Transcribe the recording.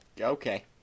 Okay